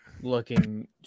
looking